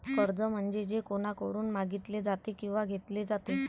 कर्ज म्हणजे जे कोणाकडून मागितले जाते किंवा घेतले जाते